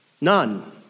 None